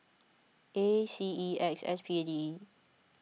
A C E X S P A D E